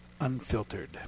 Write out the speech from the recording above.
unfiltered